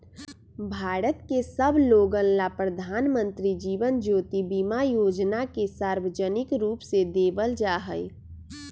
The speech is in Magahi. भारत के सब लोगन ला प्रधानमंत्री जीवन ज्योति बीमा योजना के सार्वजनिक रूप से देवल जाहई